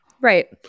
Right